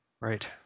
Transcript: Right